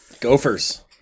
Gophers